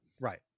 Right